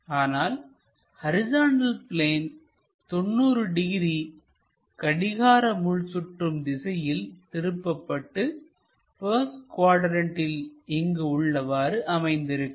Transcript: ஆனால் horizontal plane 90 degree கடிகார முள் சுற்றும் திசையில் திருப்பப்பட்டு பஸ்ட் குவாட்ரண்ட்டில் இங்கு உள்ளவாறு அமைந்திருக்கும்